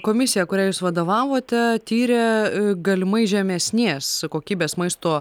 komisija kuriai jūs vadovavote tyrė galimai žemesnės kokybės maisto